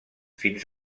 fins